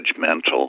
judgmental